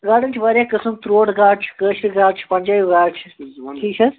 گاڈن چھِ واریاہ قٕسٕم ترٛوٹ گاڈٕ چھِ کٲشِر گاڈٕ چھِ پَنٛجٲبۍ گاڈٕ چھِ ٹھیٖک چھا